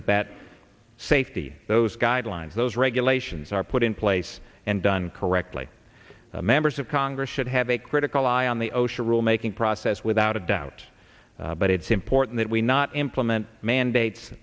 that that safety those guidelines those regulations are put in place and done correctly members of congress should have a critical eye on the osha rule making process without a doubt but it's important that we not implement mandates